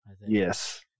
yes